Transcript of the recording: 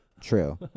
true